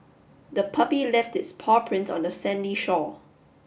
the puppy left its paw prints on the sandy shore